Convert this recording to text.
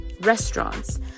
restaurants